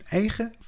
eigen